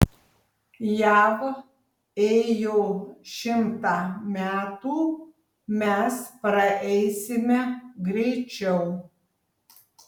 jav ėjo šimtą metų mes praeisime greičiau